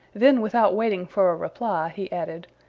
then without waiting for a reply he added,